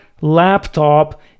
laptop